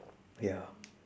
ya